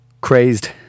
crazed